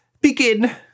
Begin